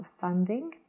funding